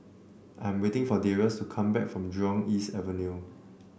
I'm waiting for Darius to come back from Jurong East Avenue